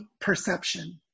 perception